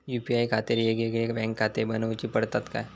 UPI खातीर येगयेगळे बँकखाते बनऊची पडतात काय?